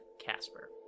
casper